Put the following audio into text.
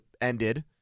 ended